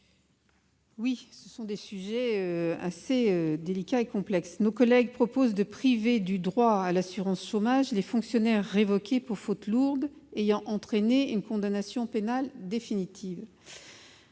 ? Ce sont des sujets assez délicats et complexes. Nos collègues proposent de priver du droit à l'assurance chômage les fonctionnaires révoqués « pour une faute lourde ayant entraîné une condamnation pénale définitive